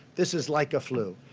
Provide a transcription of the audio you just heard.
this is like a flu.